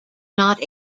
not